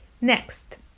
Next